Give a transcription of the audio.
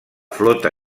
flota